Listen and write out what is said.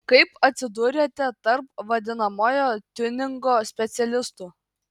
kaip atsidūrėte tarp vadinamojo tiuningo specialistų